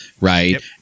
right